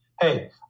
hey